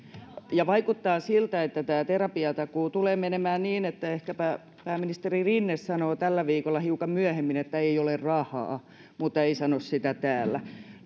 vaikuttaa siltä että tämä terapiatakuu tulee menemään niin että ehkäpä pääministeri rinne sanoo tällä viikolla hiukan myöhemmin että ei ole rahaa mutta ei sano sitä täällä